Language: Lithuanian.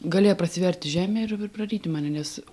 galėjo prasiverti žemė ir ir praryti mane nes